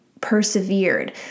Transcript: persevered